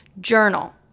journal